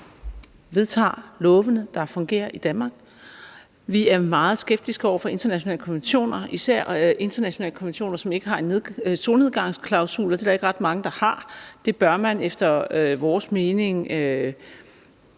vedtager lovene, der fungerer i Danmark. Vi er meget skeptiske over for internationale konventioner, især internationale konventioner, som ikke har en solnedgangsklausul, og det er der ikke ret mange der har. Det bør man efter vores mening